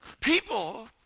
People